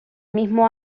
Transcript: mismo